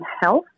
health